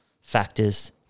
factors